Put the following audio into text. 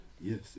Yes